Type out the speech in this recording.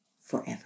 forever